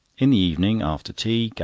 in the evening, after tea,